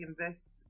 invest